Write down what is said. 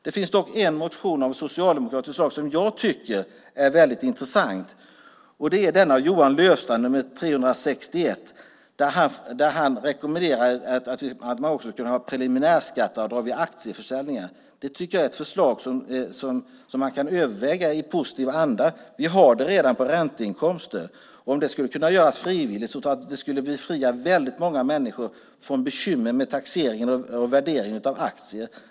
Det finns dock en motion av en socialdemokrat som jag tycker är väldigt intressant. Det är motion 361 av Johan Löfstrand, där han rekommenderar att man ska kunna ha preliminärskatteavdrag också vid aktieförsäljningar. Det tycker jag är ett förslag som man kan överväga i positiv anda. Vi har det redan på ränteinkomster. Om det skulle kunna göras frivilligt tror jag att det skulle befria väldigt många människor från bekymmer med taxeringen och värderingen av aktier.